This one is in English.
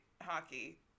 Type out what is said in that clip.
Hockey